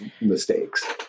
mistakes